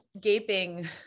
gaping